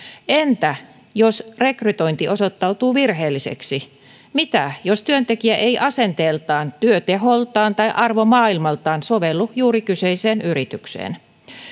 entä jos rekrytointi osoittautuu virheelliseksi mitä jos työntekijä ei asenteeltaan työteholtaan tai arvomaailmaltaan sovellu juuri kyseiseen yritykseen